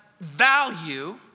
value